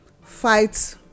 fight